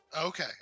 Okay